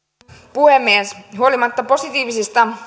puhemies huolimatta positiivista